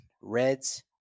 Reds